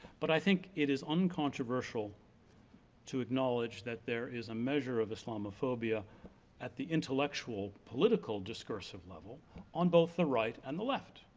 but i think it is uncontroversial to acknowledge that there is a measure of islamophobia at the intellectual political discursive level on both the right, and the left.